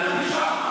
העוגה מכל הצדדים.